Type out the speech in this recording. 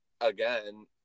again